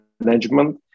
Management